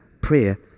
prayer